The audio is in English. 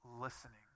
listening